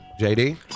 JD